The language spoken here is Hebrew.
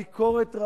הביקורת,